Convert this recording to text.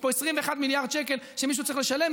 יש פה 21 מיליארד שקל שמישהו צריך לשלם,